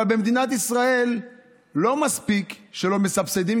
אבל במדינת ישראל לא מספיק שלא מסבסדים,